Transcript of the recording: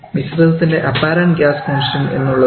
മിശ്രിതത്തിൻറെ apparent gas constant എന്നുള്ളത്